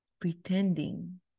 pretending